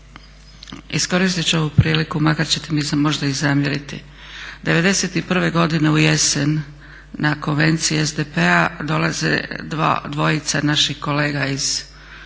Iskoristit ću ovu priliku makar ćete mi možda i zamjeriti. '91. godine ujesen na Konvenciji SDP-a dolaze dvojica naših kolega iz